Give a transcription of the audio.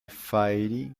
fairy